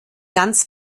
ganz